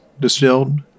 distilled